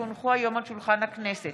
כי הונחו היום על שולחן הכנסת,